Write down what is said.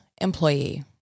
employee